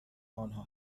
آنها